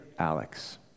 Alex